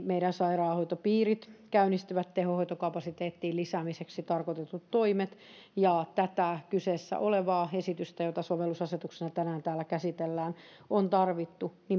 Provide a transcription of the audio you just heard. meidän sairaanhoitopiirit käynnistivät tehohoitokapasiteettien lisäämiseksi tarkoitetut toimet ja tätä kyseessä olevaa esitystä jota sovellusasetuksena tänään täällä käsitellään on tarvittu